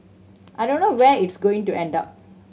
I don't know where it's going to end up